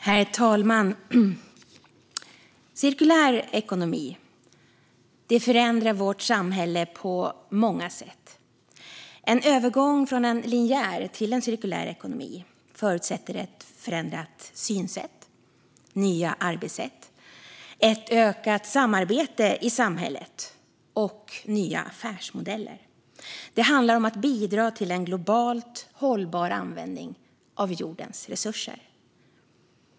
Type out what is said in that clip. Herr talman! Cirkulär ekonomi förändrar vårt samhälle på många sätt. En övergång från en linjär till en cirkulär ekonomi förutsätter ett förändrat synsätt, nya arbetssätt, ett ökat samarbete i samhället och nya affärsmodeller. Det handlar om att bidra till en globalt hållbar användning av jordens resurser.